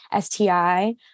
STI